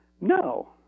No